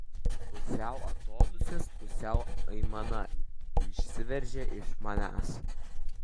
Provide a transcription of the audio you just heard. pusiau atodūsis pusiau aimana išsiveržia iš manęs